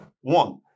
one